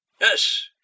yes